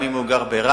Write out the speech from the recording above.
גם אם הוא גר ברהט,